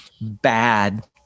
bad